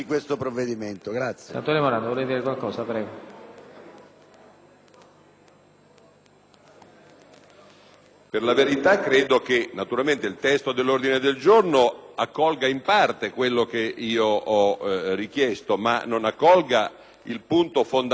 Per la verità, ritengo che il testo dell'ordine nel giorno accolga in parte quanto da me richiesto, ma non accolga il punto fondamentale. Propongo al senatore Baldassarri - che immagino possa concordare, quindi lo faccio veramente a fini di